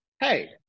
hey